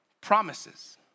Promises